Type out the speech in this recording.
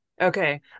okay